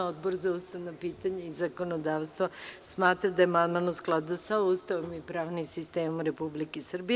Odbor za ustavna pitanja i zakonodavstvo smatra da je amandman u skladu sa Ustavom i pravnim sistemom Republike Srbije.